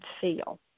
feel